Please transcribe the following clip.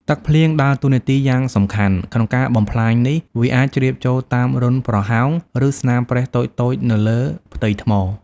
ទឹកភ្លៀងដើរតួនាទីយ៉ាងសំខាន់ក្នុងការបំផ្លាញនេះ វាអាចជ្រាបចូលតាមរន្ធប្រហោង ឬស្នាមប្រេះតូចៗលើផ្ទៃថ្ម។